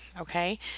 Okay